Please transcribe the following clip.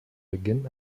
beginn